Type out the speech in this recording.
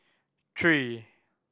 three